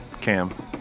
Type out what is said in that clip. Cam